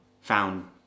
found